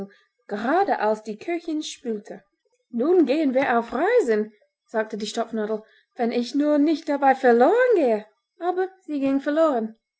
gerade als die köchin spülte nun gehen wir auf reisen sagte die stopfnadel wenn ich nur nicht dabei verloren gehe aber sie ging verloren